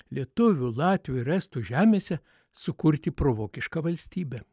lietuvių latvių ir estų žemėse sukurti provokišką valstybę